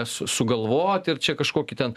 su sugalvoti ir čia kažkokį ten